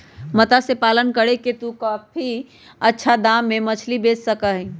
मत्स्य पालन करके तू काफी अच्छा दाम में मछली बेच सका ही